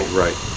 right